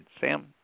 Sam